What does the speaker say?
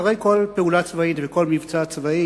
אחרי כל פעולה צבאית וכל מבצע צבאי